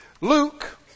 Luke